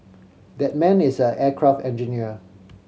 that man is an aircraft engineer